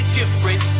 different